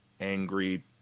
angry